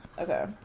Okay